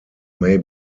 may